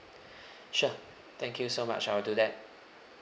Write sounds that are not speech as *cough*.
*breath* sure thank you so much I will do that